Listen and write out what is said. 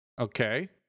okay